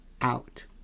out